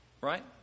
right